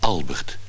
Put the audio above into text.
Albert